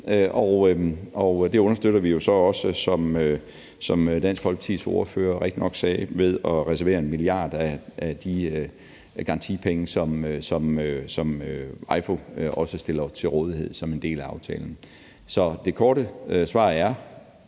Det understøtter vi jo så også, som Dansk Folkepartis ordfører rigtigt nok sagde, ved at reservere 1 mia. kr. af de garantipenge, som EIFO også stiller til rådighed som en del af aftalen. Så det korte svar er: